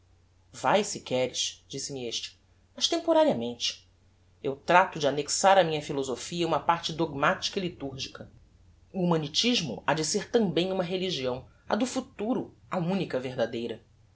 vae se queres disse-me este mas temporariamente eu trato de annexar á minha philosophia uma parte dogmatica e liturgica o humanitismo ha de ser tambem uma religião a do futuro a unica verdadeira